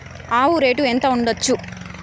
ఆవు రేటు ఎంత ఉండచ్చు?